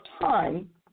time